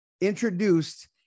introduced